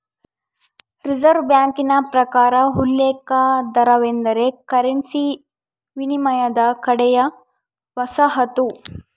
reserve ಬ್ಯಾಂಕಿನ ಪ್ರಕಾರ ಉಲ್ಲೇಖ ದರವೆಂದರೆ ಕರೆನ್ಸಿ ವಿನಿಮಯದ ಕಡೆಯ ವಸಾಹತು